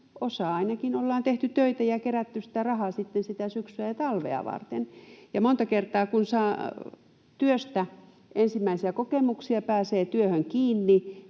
kesälomasta ollaan tehty töitä ja kerätty sitä rahaa sitten syksyä ja talvea varten. Monta kertaa kun saa työstä ensimmäisiä kokemuksia,